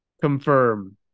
confirm